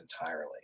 entirely